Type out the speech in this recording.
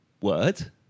word